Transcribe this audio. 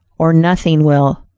or nothing will.